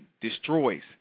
destroys